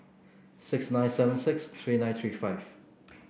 six nine seven six three nine three five